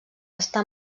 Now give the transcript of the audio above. està